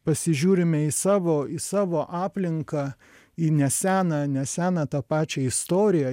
pasižiūrime į savo į savo aplinką į neseną neseną tą pačią istoriją